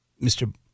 Mr